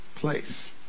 place